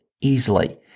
easily